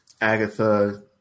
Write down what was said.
Agatha